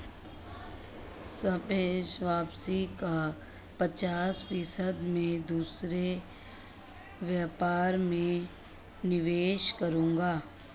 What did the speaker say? सापेक्ष वापसी का पचास फीसद मैं दूसरे व्यापार में निवेश करूंगा